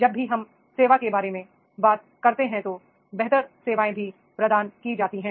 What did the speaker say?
जब भी हम सेवा के बारे में बात करते हैं तो बेहतर सेवाएं भी प्रदान की जाती हैं